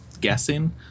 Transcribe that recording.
guessing